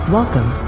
Welcome